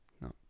No